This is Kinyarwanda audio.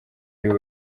ariwe